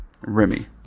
Remy